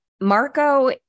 Marco